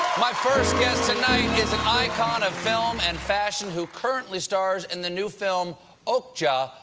my first guest tonight is an icon of film and fashion who currently stars in the new film okja.